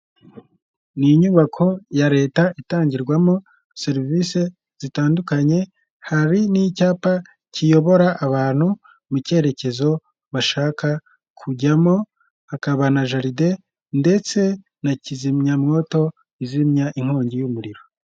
Ni inyubako ya leta itangirwamo serivisi zitandukanye. Hari n'icyapa kiyobora abantu mu cyerekezo bashaka kujyamo, hakaba na jaride ndetse na kizimyamwoto izimya inkongi y'umuriro.